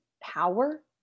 power